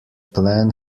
plan